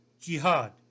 Jihad